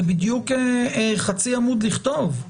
זה בדיוק חצי עמוד לכתוב.